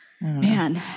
Man